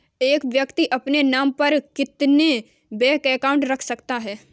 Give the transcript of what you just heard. एक व्यक्ति अपने नाम पर कितने बैंक अकाउंट रख सकता है?